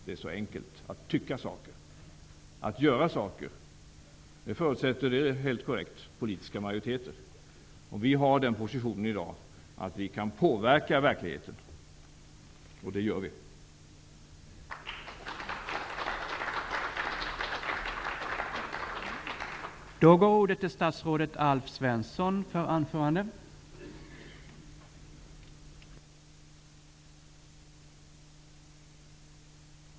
Det är så enkelt att ha åsikter, men att förverkliga ens åsikter förutsätter -- det är helt korrekt -- politisk majoritet. Vi i Centern har den positionen i dag att vi kan påverka verkligheten.